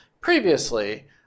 Previously